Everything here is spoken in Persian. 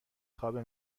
خوابه